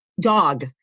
Dog